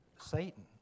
Satan